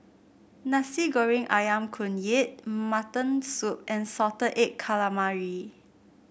Nasi Goreng ayam Kunyit Mutton Soup and Salted Egg Calamari